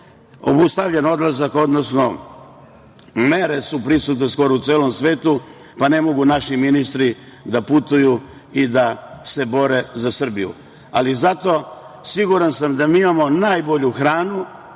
obustavljen odlazak, odnosno mere su prisutne skoro u celom svetu, pa ne mogu naši ministri da putuju i da se bore za Srbiju. Ali zato, siguran sam da mi imamo najbolju hranu,